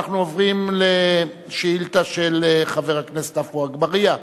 אנחנו עוברים לשאילתא של חבר הכנסת עפו אגבאריה.